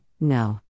No